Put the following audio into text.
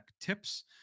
Tips